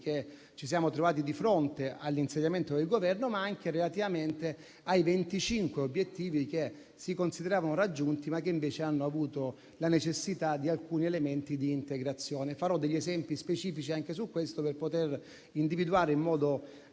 che ci siamo trovati di fronte all'insediamento del Governo, sia i venticinque obiettivi che si consideravano raggiunti ma che invece hanno avuto la necessità di alcuni elementi di integrazione. Farò degli esempi specifici anche su questo per poter individuare in modo